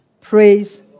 Praise